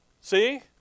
See